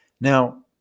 Now